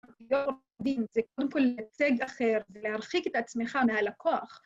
‫זה עורך דין זה קודם כול ליצג אחר, ‫זה להרחיק את עצמך מהלקוח.